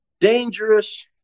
dangerous